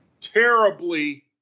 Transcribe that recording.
terribly